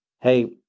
hey